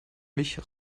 mich